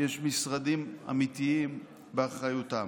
יש משרדים אמיתיים באחריותן.